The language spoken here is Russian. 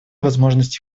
возможность